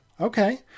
okay